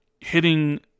hitting